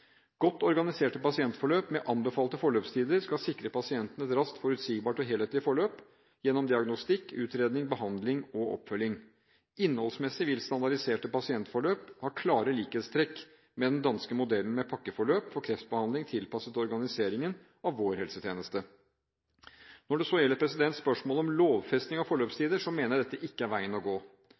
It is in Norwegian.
Godt organiserte pasientforløp med anbefalte forløpstider skal sikre pasienten et raskt, forutsigbart og helhetlig forløp gjennom diagnostikk, utredning, behandling og oppfølging. Innholdsmessig vil standardiserte pasientforløp ha klare likhetstrekk med den danske modellen med «pakkeforløp» for kreftbehandling, tilpasset organiseringen av vår helsetjeneste. Når det gjelder spørsmålet om lovfesting av forløpstider, mener jeg at dette ikke er veien å gå.